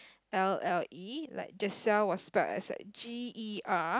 L L E like Giselle was spell as like G E R